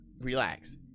relax